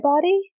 body